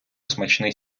смачний